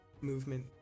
movement